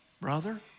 brother